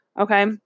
Okay